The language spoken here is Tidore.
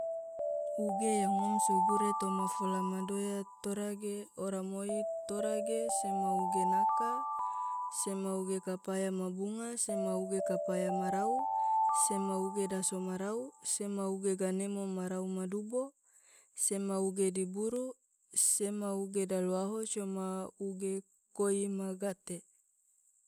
uge yang ngom sogure toma fola madoya tora ge ora moii tora ge sema uge naka, sema uge kopaya ma bunga, sema uge kopaya ma rau, sema uge daso marau, sema uge ganemo ma rau madubo, sema uge diburu, sema uge dalwaho coma uge koi ma gate.